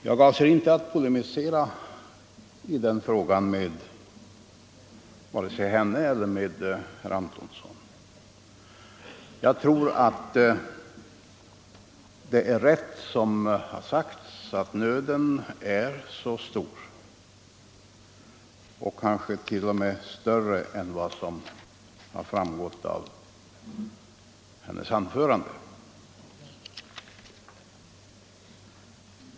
Jag avser inte att polemisera i den frågan med vare sig henne eller herr Antonsson -— jag tror att nöden är så stor som de har sagt, kanske t.o.m. större än vad som har framgått av deras anföranden.